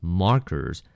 markers